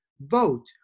vote